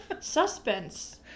suspense